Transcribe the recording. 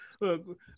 Look